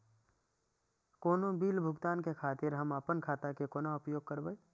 कोनो बील भुगतान के खातिर हम आपन खाता के कोना उपयोग करबै?